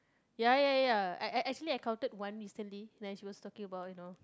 ya ya ya ya I I actually encountered one recently then she was talking about you know